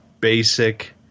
basic